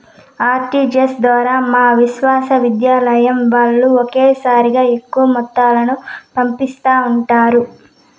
RTGS ద్వారా మా విశ్వవిద్యాలయం వాల్లు ఒకేసారిగా ఎక్కువ మొత్తాలను పంపిస్తా ఉండారు